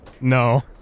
No